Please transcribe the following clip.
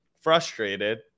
frustrated